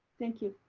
thank you.